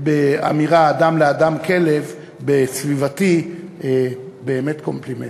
באמירה "אדם לאדם כלב" באמת קומפלימנט.